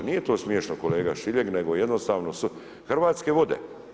Nije to smiješno kolega Šiljeg, nego jednostavno Hrvatske vode.